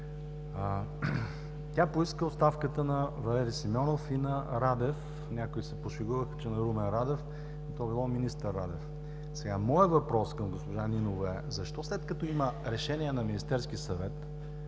Тя поиска оставката на Валери Симеонов и на Радев – някои се пошегуваха, че на Румен Радев, а то било министър Радев. Моят въпрос към госпожа Нинова е: защо, след като има решение на Министерския съвет,